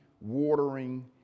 watering